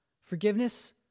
Forgiveness